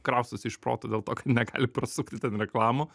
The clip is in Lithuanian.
kraustosi iš proto dėl to kad negali prasukti ten reklamų